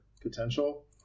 potential